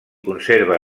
conserva